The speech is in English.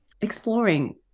exploring